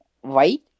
white